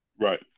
Right